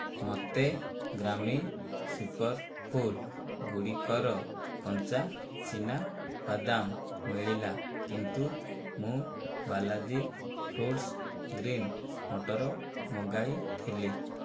ମୋତେ ଗ୍ରାମି ସୁପରଫୁଡ୍ ଗୁଡ଼ିକର କଞ୍ଚା ଚିନା ବାଦାମ ମିଳିଲା କିନ୍ତୁ ମୁଁ ବାଲାଜି ଫୁଡ୍ସ ଗ୍ରୀନ୍ ମଟର ମଗାଇଥିଲି